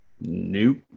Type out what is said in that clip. Nope